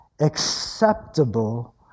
acceptable